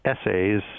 essays